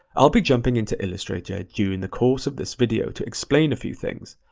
i'll be jumping into illustrator during the course of this video to explain a few things.